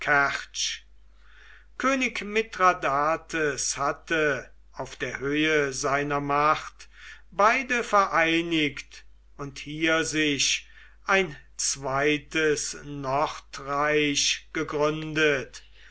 könig mithradates hatte auf der höhe seiner macht beide vereinigt und hier sich ein zweites nordreich gegründet